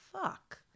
fuck